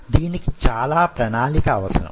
దీనికి చాలా ప్రణాళిక అవసరం